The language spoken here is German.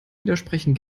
widersprechen